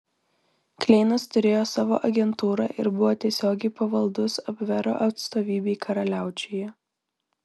kleinas turėjo savo agentūrą ir buvo tiesiogiai pavaldus abvero atstovybei karaliaučiuje